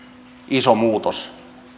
iso muutos